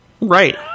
Right